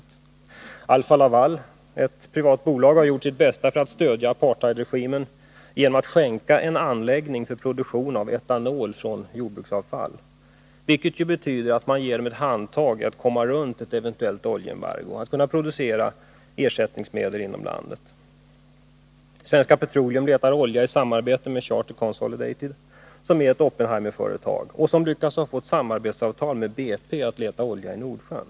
Det privata bolaget Alfa-Laval har gjort sitt bästa för att stödja apartheidregimen genom att skänka en anläggning för produktion av etanol från jordbruksavfall, vilket ju betyder att bolaget ger regimen ett handtag när det gäller dess möjligheter att komma runt ett eventuellt oljeembargo genom att producera ersättningsmedel inom landet. Svenska Petroleum letar olja i samarbete med Charter Consolidated, som är ett Oppenheimerföretag och som lyckats få ett samarbetsavtal med BP om att leta olja i Nordsjön.